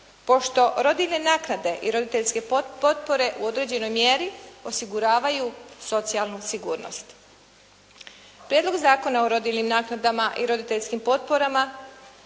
pošto rodiljne naknade i roditeljske potpore u određenoj mjeri osiguravaju socijalnu sigurnost. Prijedlog Zakona o rodiljinim naknadama i roditeljskim potporama